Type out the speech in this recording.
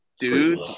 dude